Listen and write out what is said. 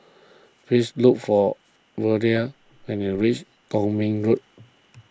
please look for Verlie when you reach Kwong Min Road